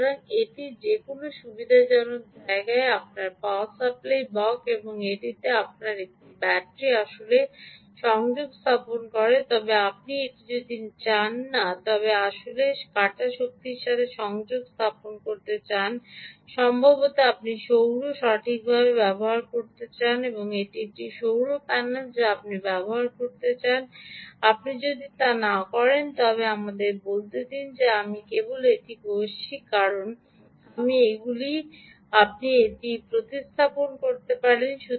সুতরাং এটি যে কোনও সুবিধাজনক জায়গায় এটি আপনার পাওয়ার সাপ্লাই ব্লক এবং এটিতে আপনার একটি ব্যাটারি আসলে সংযোগ স্থাপন করছে তবে আপনি এটি চান না যে আপনি আসলে কাটা শক্তির সাথে সংযোগ করতে চান সম্ভবত আপনি সৌরটি সঠিকভাবে ব্যবহার করতে চান এটি একটি সৌর প্যানেল বা আপনি ব্যবহার করতে চান আপনি যদি তা না করেন তবে আমাদের বলতে দিন আমি কেবল এটি ঘষছি কারণ আমি এগুলি আপনি এটি দিয়ে প্রতিস্থাপন করতে পারেন